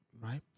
right